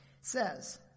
says